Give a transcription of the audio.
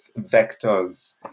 vectors